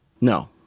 No